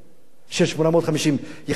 של 850 יחידות דיור,